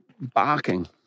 barking